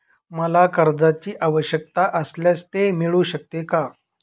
मला कर्जांची आवश्यकता असल्यास ते मिळू शकते का?